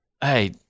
Hey